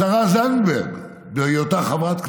השרה זנדברג, בהיותה חברת כנסת: